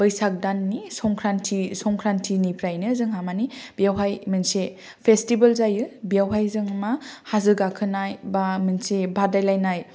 बैसाग दाननि संक्रान्ति संक्रान्तिनिफ्रायनो जोंहा मानि बेवहाय मोनसे फेसटिभेल जायो बेयावहाय जों मा हाजो गाखोनाय बा मोनसे बादायलायनाय